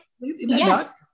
Yes